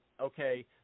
okay